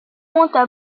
montent